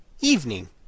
evening